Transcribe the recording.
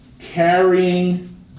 carrying